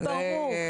ברור.